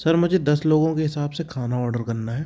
sir मुझे दस लोगों के हिसाब से खाना ऑर्डर करना है